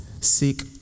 seek